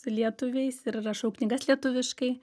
su lietuviais ir rašau knygas lietuviškai